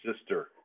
sister